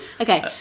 Okay